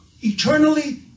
eternally